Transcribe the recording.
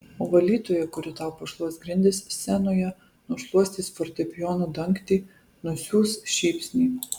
o valytoja kuri tau pašluos grindis scenoje nušluostys fortepijono dangtį nusiųs šypsnį